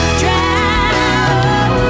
drown